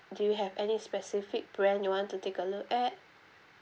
do you have any specific brand you want to take a look at